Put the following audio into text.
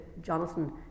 Jonathan